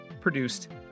produced